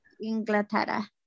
Inglaterra